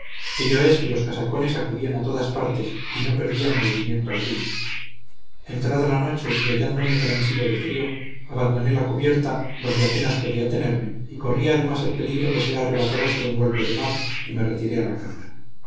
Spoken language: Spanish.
ello es que los casacones acudían a todas partes y no perdían movimiento alguno entrada la noche y hallándome transido de frío abandoné la cubierta donde apenas podía tenerme y corría además el peligro de ser arrebatado por un golpe de mar y me retiré a la cámara